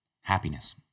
Happiness